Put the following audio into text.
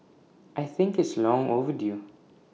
I think it's long overdue